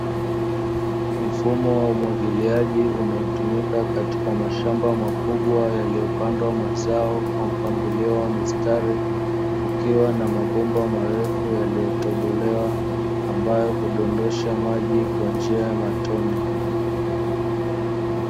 Mfumo wa umwagiliaji unaotumika katika mashamba makubwa yaliyopandwa mazao kwa mfumo wa mistari, kukiwa na mabomba marefu yaliyotobolewa, ambayo hudondosha maji kwa njia ya matone.